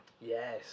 yes